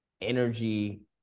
energy